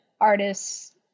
artists